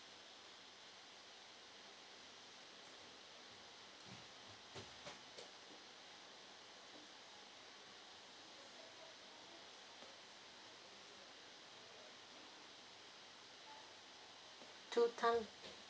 two time